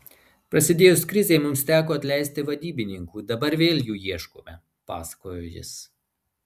prasidėjus krizei mums teko atleisti vadybininkų dabar vėl jų ieškome pasakojo jis